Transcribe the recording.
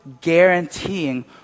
guaranteeing